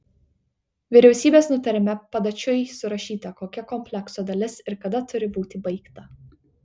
vyriausybės nutarime padačiui surašyta kokia komplekso dalis ir kada turi būti baigta